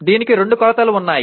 దీనికి రెండు కొలతలు ఉన్నాయి